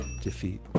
defeat